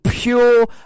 Pure